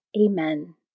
Amen